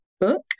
book